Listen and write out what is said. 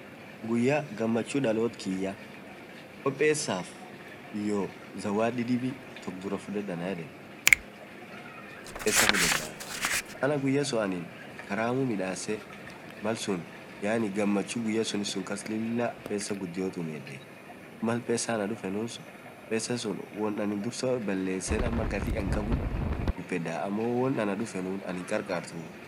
guyya gamachuu daloot kiyaa hoo pesaaf zawadii dibii took biraa fuded anann yedeen, pesaa fudedaa manaa guyya suun karamuu midasee malsuun gamachuu guyya sunii kass pesaa gudio tumiedee, pesaa sun woan anin dursaa baleseef ama tumiedee gatii suun bafeda amoo woan anaa dufenun karkartuu.